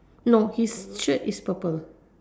no his shirt is purple